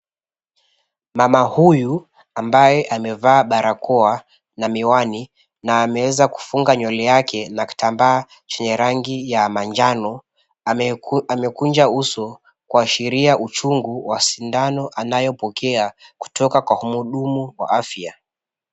Mama huyu ambaye amevaa barakoa na miwani na ameweza kufunga nywele yake na kitamba chenye rangi ya manjano, amekunja uso kuashiria uchungu wa sindano anayopokea kutoka kwa mhudumu wa afya.